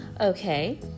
Okay